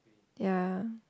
ya